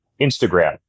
Instagram